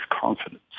confidence